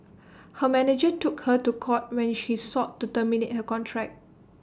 her manager took her to court when she sought to terminate her contract